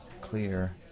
clear